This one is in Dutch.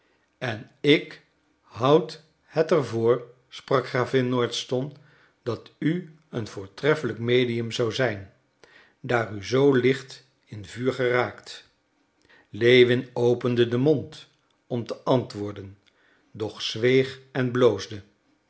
en ik houd het er voor sprak gravin nordston dat u een voortreffelijk medium zou zijn daar u zoo licht in vuur geraakt lewin opende den mond om te antwoorden doch zweeg en bloosde